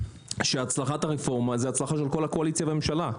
שהצלחת הרפורמה היא הצלחה של כל הקואליציה והממשלה,